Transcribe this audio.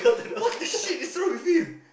what the shit is wrong with him